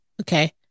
okay